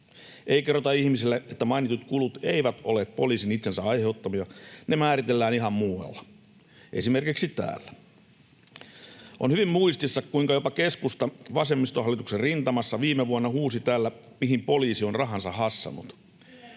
Ei kerrota ihmisille, että mainitut kulut eivät ole poliisin itsensä aiheuttamia. Ne määritellään ihan muualla, esimerkiksi täällä. On hyvin muistissa, kuinka jopa keskusta vasemmistohallituksen rintamassa viime vuonna huusi täällä, että mihin poliisi on rahansa hassannut,